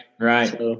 Right